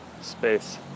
space